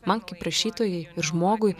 man kaip rašytojai ir žmogui